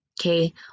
Okay